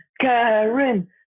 Karen